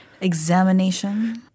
examination